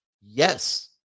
Yes